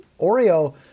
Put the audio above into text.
Oreo